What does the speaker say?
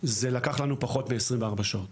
זה לקח לנו פחות מ-24 שעות.